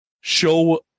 show